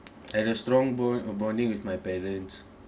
had a strong bond uh bonding with my parents